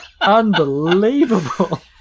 Unbelievable